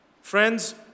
Friends